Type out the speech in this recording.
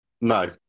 No